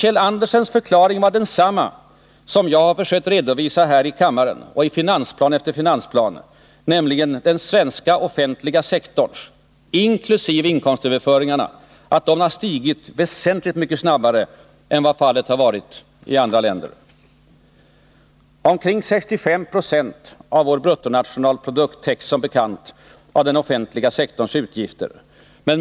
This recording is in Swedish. Kjeld Andersens förklaring var densamma som den som jag har försökt redovisa här i kammaren och i finansplan efter finansplan, nämligen att den svenska offentliga sektorn — inkl. inkomstöverföringarna — växt väsentligt mycket snabbare än i andra länder. Omkring 65 20 av vår bruttonationalprodukt täcks som bekant av den offentliga sektorns utgifter.